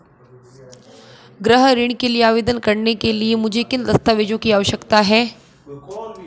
गृह ऋण के लिए आवेदन करने के लिए मुझे किन दस्तावेज़ों की आवश्यकता है?